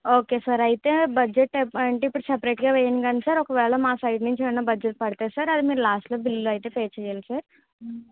okay sir అయితే budget అంటే ఇప్పుడు సెపరేట్ గా వేయం కాని సార్ ఒకవేళ మా సైడ్ నుంచి ఏమన్నా బడ్జెట్ పడితే సార్ అది మీరు లాస్టు లో అయితే పే చెయ్యాలి సార్